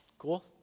Cool